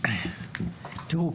תראו,